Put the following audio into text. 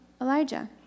Elijah